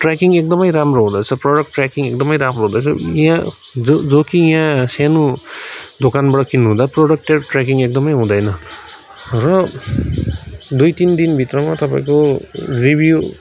tracking एकदमै राम्रो हुँदारहेछ प्रडक्ट ट्रयाकिङ एकदमै राम्रो हुँदारहेछ यहाँ जो जो कि यहाँ सानो दोकानबाट किन्नुहुँदा प्रडक्ट त्यो ट्र्याकिङ एकदमै हुँदैन र दुई तिन दिनभित्रमा तपाईँको रिभ्यु